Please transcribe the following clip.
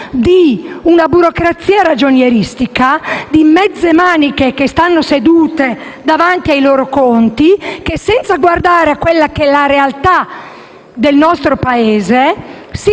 di una burocrazia ragionieristica di mezze maniche che stanno sedute davanti ai loro conti e, senza guardare alla realtà del nostro Paese, si